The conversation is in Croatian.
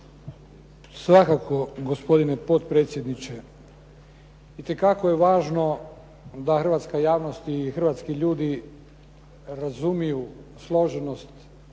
Svakako gospodine potpredsjedniče. Itekako je važno da hrvatska javnost i hrvatski ljudi razumiju složenost